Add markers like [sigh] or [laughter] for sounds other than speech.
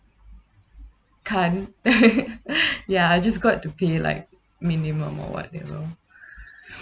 can't [laughs] [breath] ya I just got to pay like minimum or whatever [breath]